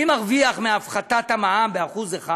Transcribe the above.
מי מרוויח מהפחתת המע"מ ב-1%?